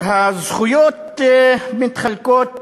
הזכויות נחלקות